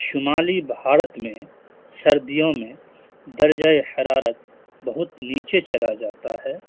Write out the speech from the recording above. شمالی بھارت میں سردیوں میں درجۂ حرارت بہت نیچے چلا جاتا ہے